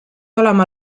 olema